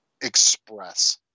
express